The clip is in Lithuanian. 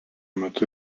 metu